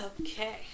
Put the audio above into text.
Okay